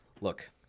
Look